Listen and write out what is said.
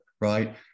right